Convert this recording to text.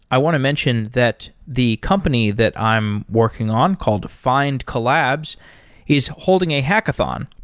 i want to mention that the company that i'm working on called findcollabs is holding a hackathon.